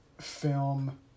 film